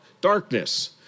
Darkness